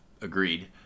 agreed